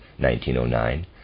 1909